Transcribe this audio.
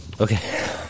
Okay